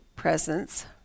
presence